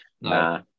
Nah